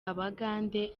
abagande